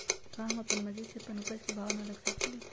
का हम अपना मर्जी से अपना उपज के भाव न रख सकींले?